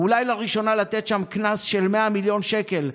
ואולי לראשונה לתת שם קנס של 100 מיליון שקל,